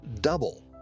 double